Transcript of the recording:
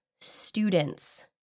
students